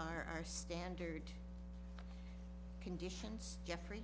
are our standard conditions jeffrey